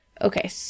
Okay